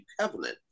covenant